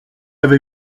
avez